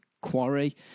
quarry